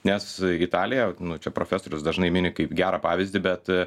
nes italija nu čia profesorius dažnai mini kaip gerą pavyzdį bet